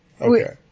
Okay